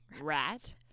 rat